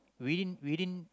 within within